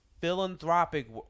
Philanthropic